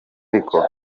ariko